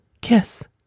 Kiss